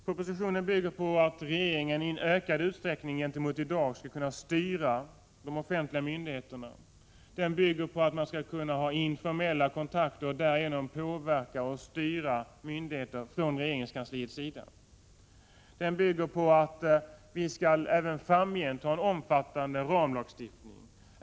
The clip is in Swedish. Propositionen bygger på att regeringen i ökad utsträckning jämfört med i dag skall kunna styra de offentliga myndigheterna. Man skall kunna ta informella kontakter och därigenom påverka och styra myndigheter från regeringskansliets sida. Propositionen går ut på att vi även framgent skall ha en omfattande ramlagstiftning.